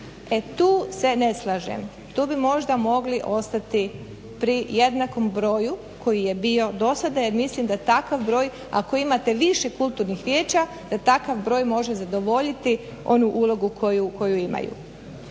tu se ne slažem, tu bi možda mogli ostati pri jednakom broju koji je bio do sada jel mislim da takav broj ako imate više kulturnih vijeća da takav broj može zadovoljiti onu ulogu koju imaju.